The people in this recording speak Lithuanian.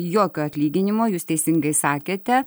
jokio atlyginimo jūs teisingai sakėte